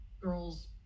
girl's